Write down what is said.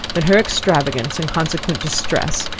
that her extravagance, and consequent distress,